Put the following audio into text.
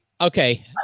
Okay